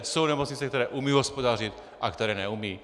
Jsou nemocnice, které umějí hospodařit, a ty, které neumějí.